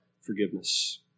forgiveness